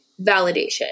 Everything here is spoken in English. validation